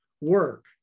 work